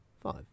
five